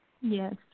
Yes